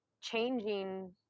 changing